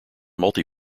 multi